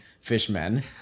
fishmen